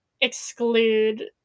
exclude